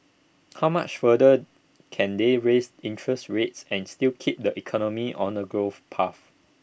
how much further can they raise interest rates and still keep the economy on A growth path